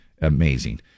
amazing